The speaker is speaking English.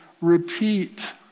repeat